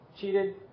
cheated